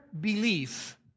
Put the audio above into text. belief